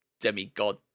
demigod